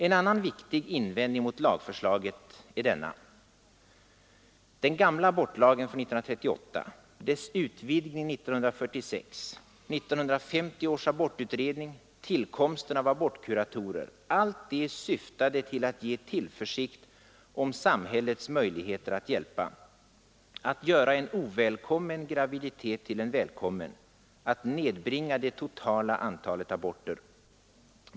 En annan viktig invändning mot lagförslaget är denna: Abortlagen 1938, dess utvidgning 1946, 1950 års abortutredning, tillkomsten av abortkuratorer syftade allt till att ge tillförsikt om samhällets möjligheter att hjälpa, att göra en ovälkommen graviditet till en välkommen, att nedbringa det totala antalet aborter.